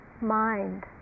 mind